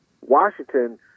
Washington